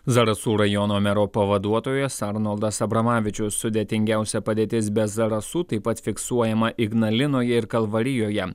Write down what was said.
zarasų rajono mero pavaduotojas arnoldas abramavičius sudėtingiausia padėtis be zarasų taip pat fiksuojama ignalinoje ir kalvarijoje